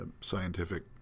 scientific